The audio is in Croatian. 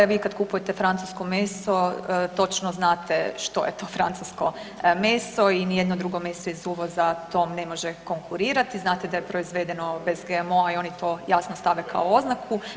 Vi kad kupujete francusko meso točno znate što je to francusko meso i nijedno drugo meso iz uvoza tom ne može konkurirati, znate da je proizvedeno bez GMO-a i oni to jasno stave kao oznaku.